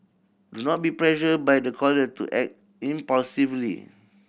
do not be pressured by the caller to act impulsively